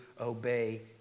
obey